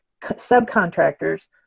subcontractors